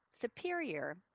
superior